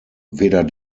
weder